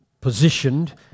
positioned